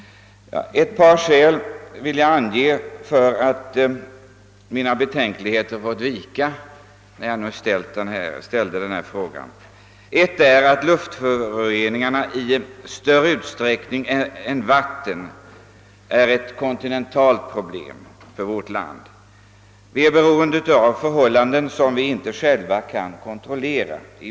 Ett par skäl som gjort, att mina betänkligheter i det stycket fått vika, vill jag emellertid ange. | Det första skälet var att luftföroreningarna i högre grad än vattenföroreningarna är ett kontinentalt problem för vårt land; vilket i viss mån är beroende av förhållanden som vi inte själva kan kontrollera.